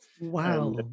Wow